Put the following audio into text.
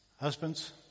Husbands